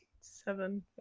Seven